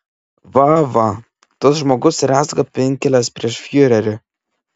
va va tas žmogus rezga pinkles prieš fiurerį